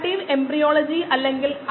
37 10 power minus 3 അല്ലെങ്കിൽ 428